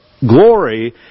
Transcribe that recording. glory